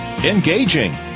engaging